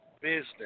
business